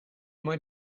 might